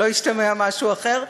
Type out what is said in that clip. שלא ישתמע משהו אחר,